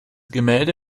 gemälde